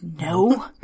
No